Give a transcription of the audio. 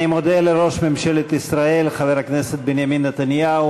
אני מודה לראש ממשלת ישראל חבר הכנסת בנימין נתניהו.